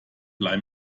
blei